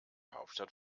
hauptstadt